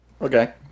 Okay